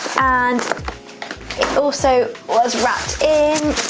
and it also was wrapped in